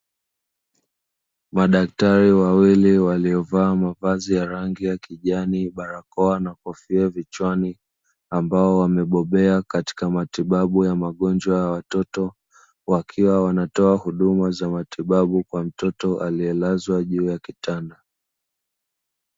Madaktari wawili waliovaa mavazi ya rangi ya kijani, barakoa na kofia kichwani ambao wamebobea katika matibabu ya magonjwa ya watoto, wakiwa wanatoa huduma za matibabu kwa mtoto aliyelazwa juu ya kitanda.